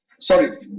Sorry